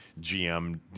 GM